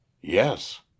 Yes